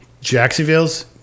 Jacksonville's